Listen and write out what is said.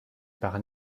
par